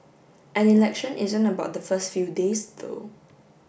an election isn't about the first few days though